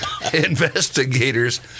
Investigators